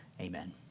Amen